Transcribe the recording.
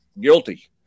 guilty